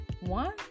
one